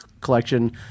collection